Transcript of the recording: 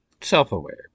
self-aware